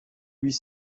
huit